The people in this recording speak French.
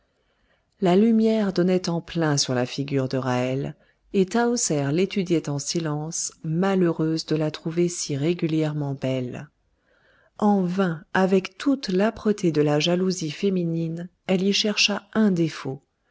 la lumière donnait en plein sur la figure de ra'hel et tahoser l'étudiait en silence malheureuse de la trouver si régulièrement belle en vain avec toute l'âpreté de la jalousie féminine elle y chercha un défaut